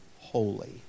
holy